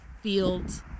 fields